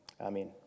Amen